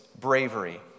bravery